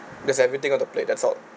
that's everything on the plate that's all